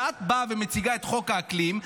כשאת באה ומציגה את חוק האקלים,